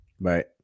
Right